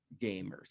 gamers